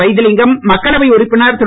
வைத்திலிங்கம் மக்களவை உறுப்பினர் திரு